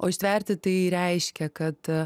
o ištverti tai reiškia kad